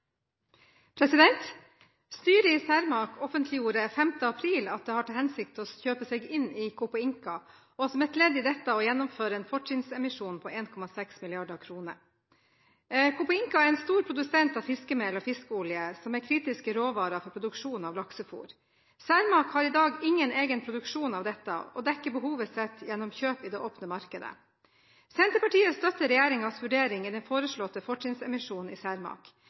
selskapet. Styret i Cermaq offentliggjorde 5. april at det har til hensikt å kjøpe seg opp i Copeinca ASA og som et ledd i dette å gjennomføre en fortrinnsrettsemisjon på 1,6 mrd. kr. Copeinca er en stor produsent av fiskemel og fiskeolje, som er kritiske råvarer for produksjon av laksefôr. Cermaq har i dag ingen egen produksjon av dette og dekker behovet sitt gjennom kjøp i det åpne markedet. Senterpartiet støtter regjeringens vurdering i den foreslåtte fortrinnsrettsemisjonen i